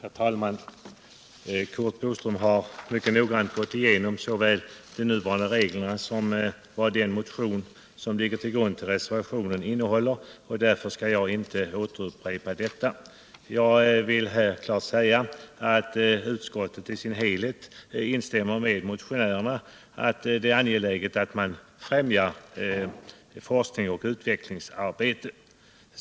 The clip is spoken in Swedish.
Herr talman! Curt Boström har mycket noggrant redogjort för såväl de nuvarande reglerna som vad den motion som ligger till grund för reservationen innehåller, och därför skall jag inte upprepa detta. Jag vill här klart säga att utskottet i sin helhet instämmer med motionärerna i att det är angeläget att man främjar forskning och utvecklingsarbete.